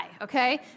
okay